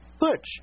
Butch